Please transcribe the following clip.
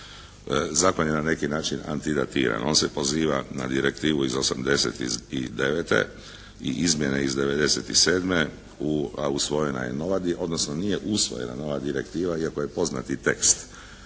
Zakon je na neki način antidatiran. On se poziva na direktivu iz 1989. i izmjene iz 1997. u, a usvojena je nova, odnosno nije usvojena nova direktiva iako je poznati tekst.